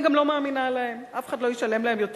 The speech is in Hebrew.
אני גם לא מאמינה להם, אף אחד לא ישלם להם יותר.